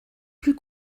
plus